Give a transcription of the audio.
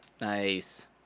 Nice